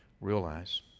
realize